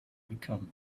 become